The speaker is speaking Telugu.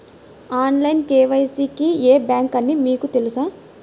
ఆన్లైన్ కే.వై.సి కి ఏ బ్యాంక్ అని మీకు తెలుసా?